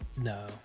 No